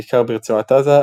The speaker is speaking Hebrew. בעיקר ברצועת עזה,